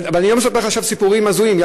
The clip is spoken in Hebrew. ואני לא מספר לך עכשיו סיפורים הזויים.